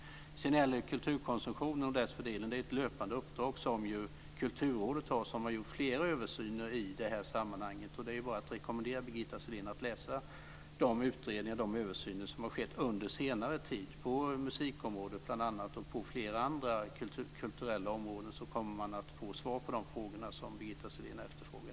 När det gäller kulturkonsumtionen och dess fördelning är det ett löpande uppdrag som Kulturrådet har. Det har gjort flera översyner i det här sammanhanget. Jag kan bara rekommendera Birgitta Sellén att studera de utredningar och de översyner som har skett under senare tid, bl.a. på musikområdet och flera andra kulturella områden. Då kommer Birgitta Sellén att få svar på de frågor som hon ställde.